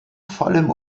vollem